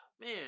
Man